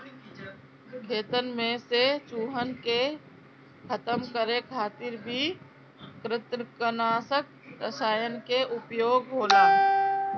खेतन में से चूहन के खतम करे खातिर भी कृतंकनाशक रसायन के उपयोग होला